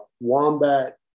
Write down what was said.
Wombat